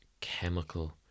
chemical